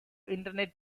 internet